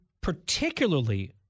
particularly